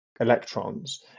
electrons